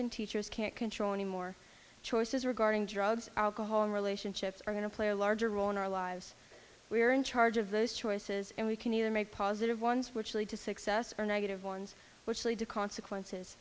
and teachers can't control anymore choices regarding drugs alcohol and relationships are going to play a larger role in our lives we are in charge of those choices and we can either make positive ones which lead to success or negative ones which lead to consequences